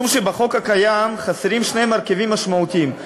משום שבחוק הקיים חסרים שני מרכיבים משמעותיים: